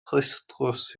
clustdlws